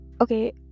Okay